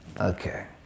Okay